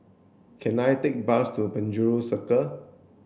can I take bus to Penjuru Circle